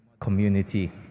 community